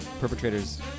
Perpetrators